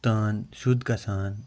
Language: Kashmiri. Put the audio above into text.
تان شُد گَژھان